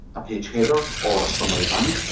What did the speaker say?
a page header, or a summary band.